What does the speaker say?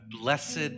Blessed